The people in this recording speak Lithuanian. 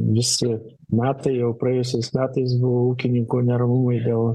visi metai jau praėjusiais metais buvo ūkininkų neramumai dėl